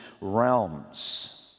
realms